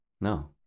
No